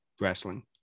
wrestling